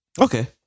Okay